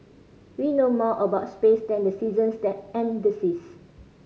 we know more about space than the seasons then and the seas